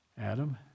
Adam